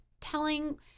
telling